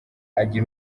agira